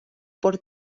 por